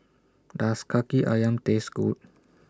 Does Kaki Ayam Taste Good